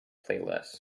playlist